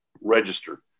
registered